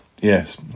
yes